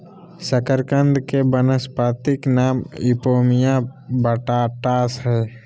शकरकंद के वानस्पतिक नाम इपोमिया बटाटास हइ